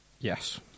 Yes